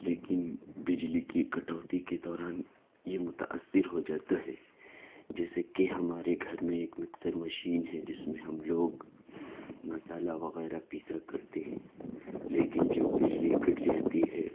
لیکن بجلی کی کٹوتی کے دوران یہ متأثر ہو جاتا ہے جیسے کہ ہمارے گھر میں ایک مکسر مشین ہے جس میں ہم لوگ مسالہ وغیرہ پیسا کرتے ہیں لیکن جب بجلی کٹ جاتی ہے